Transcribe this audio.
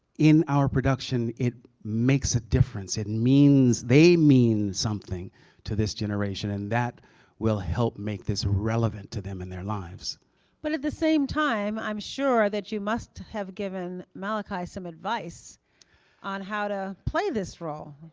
in our production, it makes a difference. it and means they mean something to this generation, and that will help make this relevant to them in their lives. valerie jarrett but at the same time, i'm sure that you must have given malachi some advice on how to play this role.